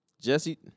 Jesse